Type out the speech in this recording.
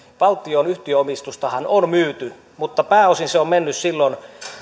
valtion yhtiöomistustahan on myyty mutta pääosin se on mennyt silloin